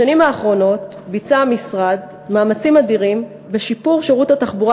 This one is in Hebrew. בשנים האחרונות ביצע המשרד מאמצים אדירים בשיפור שירות התחבורה